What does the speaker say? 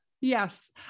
Yes